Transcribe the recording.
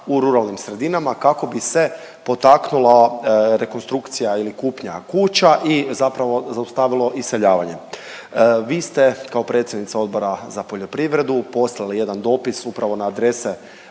u ruralnim sredinama kako bi se potaknula rekonstrukcija ili kupnja kuća i zapravo zaustavilo iseljavanje. Vi ste kao predsjednica Odbora za poljoprivredu poslali jedan dopis upravo na adrese